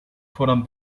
fordern